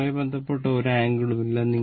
അതുമായി ബന്ധപ്പെട്ട ഒരു ആംഗിളും ഇല്ല